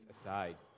aside